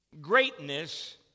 greatness